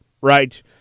right